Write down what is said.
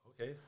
Okay